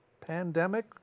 pandemic